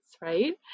right